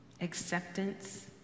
acceptance